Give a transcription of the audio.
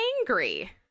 angry